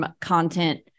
content